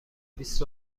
بیست